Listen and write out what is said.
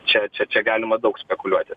čia čia čia galima daug spekuliuot